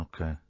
Okay